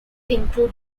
include